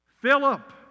Philip